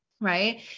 Right